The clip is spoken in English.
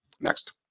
Next